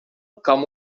com